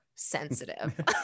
sensitive